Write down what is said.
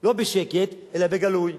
לא בשקט אלא בגלוי,